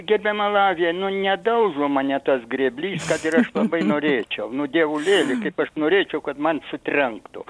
gerbiama lavija nu nedaužo mane tas grėblys kad ir aš labai norėčiau nu dievulėli kaip aš norėčiau kad man sutrenktų